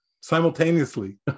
simultaneously